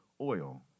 oil